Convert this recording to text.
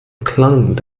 klang